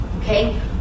Okay